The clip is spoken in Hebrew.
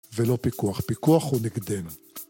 ולא פיקוח, פיקוח הוא נגדנו.